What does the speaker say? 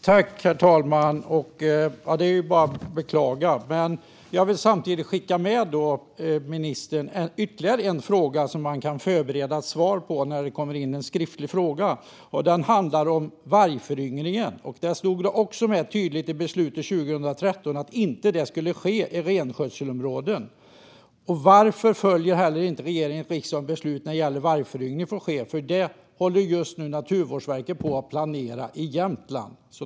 Herr talman! Det är bara att beklaga. Jag vill samtidigt skicka med ministern ytterligare en fråga som man kan förbereda ett svar på när det kommer in en skriftlig fråga. Den handlar om vargföryngringen. Där står det också tydligt i beslutet 2013 att det inte skulle ske i renskötselområden. Varför följer inte regeringen riksdagens beslut när det gäller var vargföryngringen får ske? Det håller Naturvårdsverket just nu på att planera i Jämtland.